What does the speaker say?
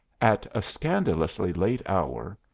at a scandalously late hour,